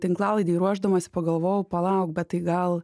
tinklalaidei ruošdamasi pagalvojau palauk bet tai gal